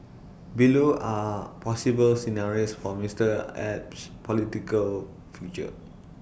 below are possible scenarios for Mister Abe's political future